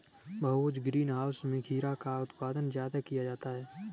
बहुभुज greenhouse में खीरा का उत्पादन ज्यादा किया जाता है